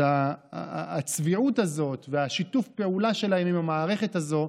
אז הצביעות הזאת ושיתוף הפעולה שלהן עם המערכת הזו,